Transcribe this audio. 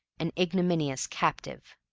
an ignominious captive.